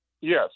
Yes